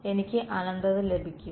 എനിക്ക് അനന്തത ലഭിക്കും